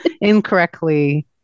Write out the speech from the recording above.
incorrectly